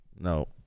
No